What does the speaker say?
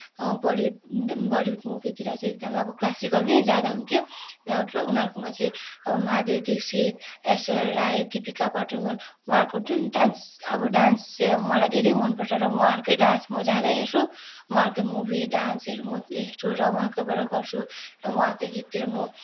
Bollywood Bollywood मुवीतिर चाहिँ एकदमै अब क्लासिकल नै ज्यादा हुन्थ्यो अ उनीहरूकोमा चाहिँ अब माधुरी दीक्षित ऐश्वर्या राय दीपिका पादुकोण उहाँहरूको जुन डान्स अब डान्स चाहिँ अब मलाई धेरै मनपर्छ र उहाँहरूकै डान्स म ज्यादा हेर्छु उहाँहरूकै मुवी डान्सहरू म हेर्छु र उहाँकैबाट गर्छु अब उहाँहरूकै गीततिर म